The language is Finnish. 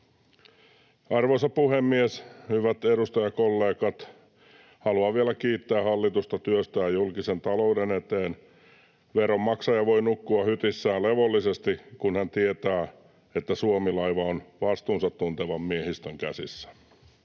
Arvoisa puhemies! Hyvät edustajakollegat! Haluan vielä kiittää hallitusta työstään julkisen talouden eteen. Veronmaksaja voi nukkua hytissään levollisesti, kun hän tietää, että Suomi-laiva on vastuunsa tuntevan miehistön käsissä.